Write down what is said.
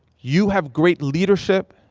you have great leadership.